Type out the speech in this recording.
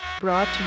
Brought